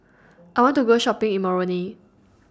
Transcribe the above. I want to Go Shopping in Moroni